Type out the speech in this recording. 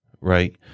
right